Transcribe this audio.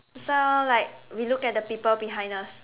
so like we look at the people behind us